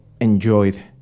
enjoyed